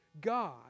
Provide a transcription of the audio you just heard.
God